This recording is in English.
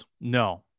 no